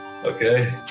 okay